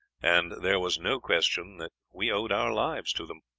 and there was no question that we owed our lives to them.